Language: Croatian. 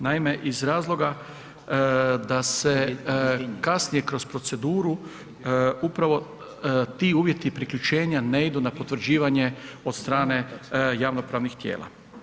Naime, iz razloga da se kasnije kroz proceduru upravo ti uvjeti priključenja ne idu na potvrđivanje od strane javnopravnih tijela.